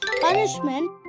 punishment